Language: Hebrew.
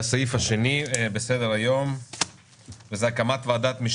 הישיבה ננעלה בשעה 10:58.